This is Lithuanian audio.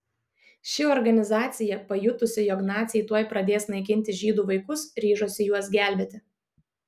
ši organizacija pajutusi jog naciai tuoj pradės naikinti žydų vaikus ryžosi juos gelbėti